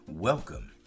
Welcome